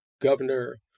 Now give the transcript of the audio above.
governor